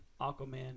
Aquaman